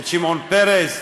את שמעון פרס,